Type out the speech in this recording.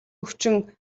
өвчин